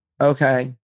Okay